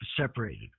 separated